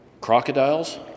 crocodiles